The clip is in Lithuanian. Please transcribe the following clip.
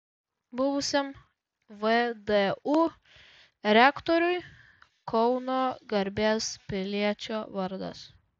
buvusiam vdu rektoriui kauno garbės piliečio vardas